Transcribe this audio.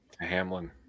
Hamlin